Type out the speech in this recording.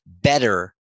better